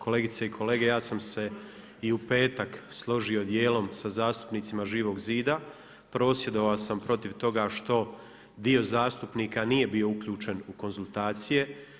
Kolegice i kolege, ja sam se i u petak složio djelom sa zastupnicima Živog zida, prosvjedovao sam protiv toga što dio zastupnika nije bio uključen u konzultacije.